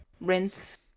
rinse